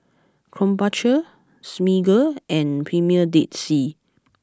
Krombacher Smiggle and Premier Dead Sea